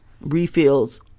Refills